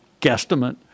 guesstimate